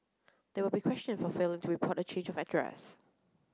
they will be questioned for failing to report a change of address